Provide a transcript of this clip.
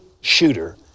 Shooter